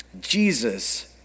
Jesus